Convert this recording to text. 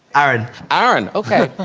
aaron aaron? okay.